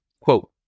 quote